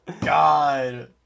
god